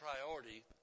priority